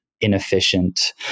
inefficient